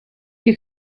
you